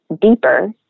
deeper